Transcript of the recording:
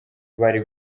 bari